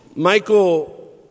Michael